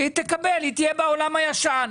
היא תהיה בעולם הישן.